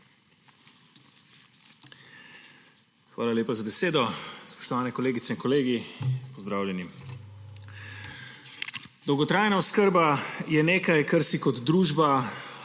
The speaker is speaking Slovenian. Hvala lepa za besedo. Spoštovani kolegice in kolegi, pozdravljeni! Dolgotrajna oskrba je nekaj, kar si kot družba